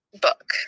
book